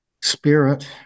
spirit